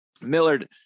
Millard